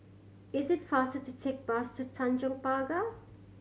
is it faster to take bus to Tanjong Pagar